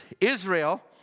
Israel